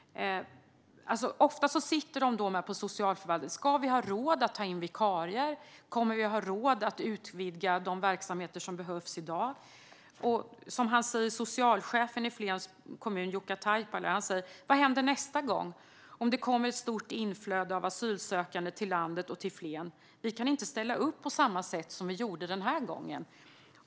Ofta sitter man på socialförvaltningen och undrar: Ska vi ha råd att ta in vikarier? Kommer vi att ha råd att utvidga de verksamheter som behövs i dag? Socialchefen i Flens kommun, Jukka Taipale, säger: Vad händer nästa gång om det kommer ett stort inflöde av asylsökande till Flen? Vi kan inte ställa upp på samma sätt som vi gjorde den här gången.